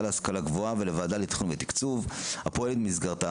גבוהה ולוועדה לתכנון ולתקצוב הפועלת במסגרת,